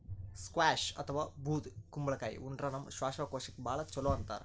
squash ಅಥವಾ ಬೂದ್ ಕುಂಬಳಕಾಯಿ ಉಂಡ್ರ ನಮ್ ಶ್ವಾಸಕೋಶಕ್ಕ್ ಭಾಳ್ ಛಲೋ ಅಂತಾರ್